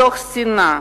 מתוך שנאה,